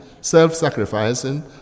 self-sacrificing